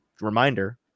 reminder